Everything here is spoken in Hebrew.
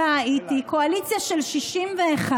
שלא נראה לי שאת באמת יודעת בכלל מהי ועל מה היא מדברת,